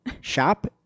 Shop